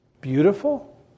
beautiful